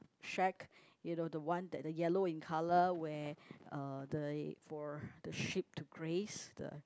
shack you know the one that the yellow in colour where uh they for the sheep to graze the